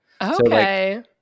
Okay